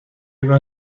were